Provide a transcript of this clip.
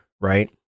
right